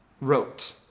wrote